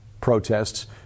protests